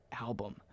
album